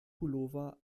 pullover